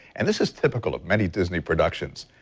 and this is typical of many disney productions.